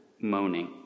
moaning